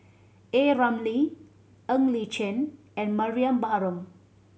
A Ramli Ng Li Chin and Mariam Baharom